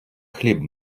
хліб